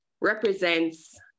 represents